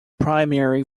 primary